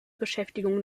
beschäftigung